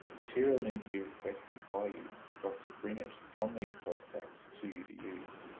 material needs to be requested by you for us to bring it from these closed stacks to you to use.